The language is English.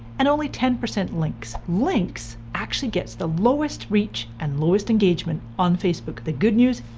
and only ten percent links. links actually gets the lowest reach and lowest engagement on facebook. the good news,